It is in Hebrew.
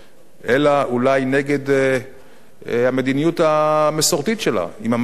אלא אולי נגד המדיניות המסורתית שלה עם המערב.